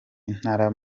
intara